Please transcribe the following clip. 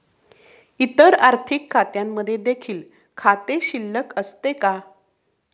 इतर आर्थिक खात्यांमध्ये देखील खाते शिल्लक असते का?